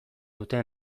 dute